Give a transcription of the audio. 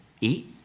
eat